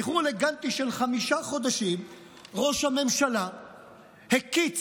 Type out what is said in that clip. באיחור אלגנטי של חמישה חודשים ראש הממשלה הקיץ